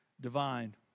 divine